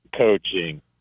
coaching